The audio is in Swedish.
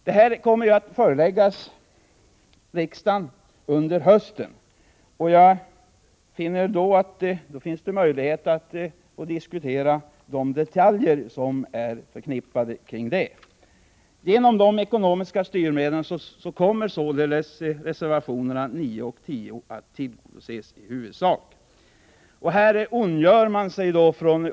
Detta kommer att föreläggas riksdagen under hösten, och jag finner att det då finns möjligheter att diskutera de detaljer som är förknippade med detta. Genom de ekonomiska styrmedlen kommer således önskemålen i reservationerna 9 och 10 att i huvudsak tillgodoses.